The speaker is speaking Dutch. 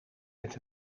met